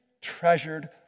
treasured